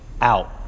out